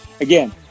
again